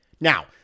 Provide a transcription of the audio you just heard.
Now